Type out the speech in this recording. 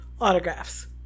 autographs